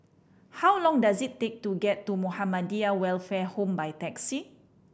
how long does it take to get to Muhammadiyah Welfare Home by taxi